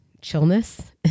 chillness